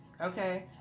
okay